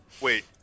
Wait